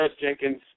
Jenkins